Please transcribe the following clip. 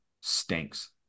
stinks